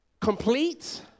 complete